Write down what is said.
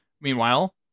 meanwhile